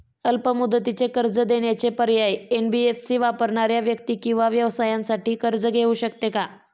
अल्प मुदतीचे कर्ज देण्याचे पर्याय, एन.बी.एफ.सी वापरणाऱ्या व्यक्ती किंवा व्यवसायांसाठी कर्ज घेऊ शकते का?